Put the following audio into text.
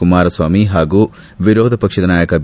ಕುಮಾರಸ್ವಾಮಿ ಹಾಗೂ ವಿರೋಧ ಪಕ್ಷದ ನಾಯಕ ಬಿ